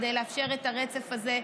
כדי לאפשר את הרצף הזה?